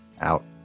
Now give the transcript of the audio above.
out